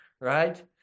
Right